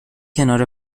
کنار